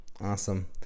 awesome